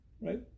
Right